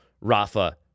Rafa